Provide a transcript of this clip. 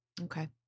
okay